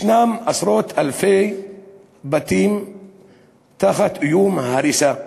יש עשרות אלפי בתים תחת איום הריסה.